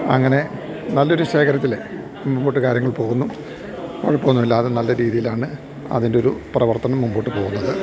അങ്ങനെ നല്ലൊരു ശേഖരത്തില് മുമ്പോട്ട് കാര്യങ്ങൾ പോകുന്നു കൊഴപ്പോന്നൂല്ലാതെ നല്ല രീതീലാണ് അതിൻറ്റൊരു പ്രവർത്തനം മുമ്പോട്ട് പോകുന്നത്